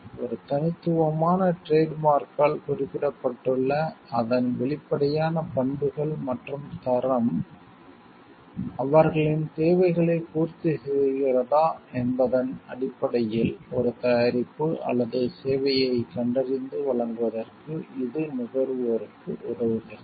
ஒரு தனித்துவமான trademark ஆல் குறிப்பிடப்பட்டுள்ள அதன் வெளிப்படையான பண்புகள் மற்றும் தரம் அவர்களின் தேவைகளைப் பூர்த்திசெய்கிறதா என்பதன் அடிப்படையில் ஒரு தயாரிப்பு அல்லது சேவையைக் கண்டறிந்து வாங்குவதற்கு இது நுகர்வோருக்கு உதவுகிறது